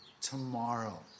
tomorrow